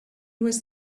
was